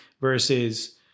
versus